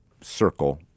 circle